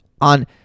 on